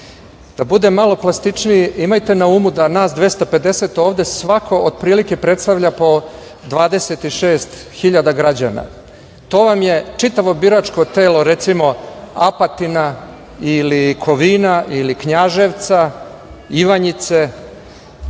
budem malo plastičniji, imajte na umu da nas 250 ovde predstavlja po 26.000 građana. To vam je čitavo biračko telo, recimo, Apatina, ili Kovina, ili Knjaževca, Ivanjica.